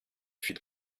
feed